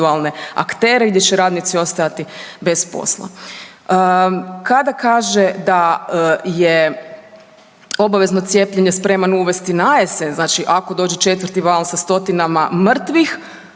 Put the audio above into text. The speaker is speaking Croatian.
aktere i gdje će radnici ostajati bez posla. Kada kaže da je obavezno cijepljenje spreman uvesti na jesen, znači ako dođe 4. val sa stotinama mrtvih,